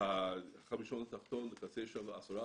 החמישון התחתון, --- של 10%,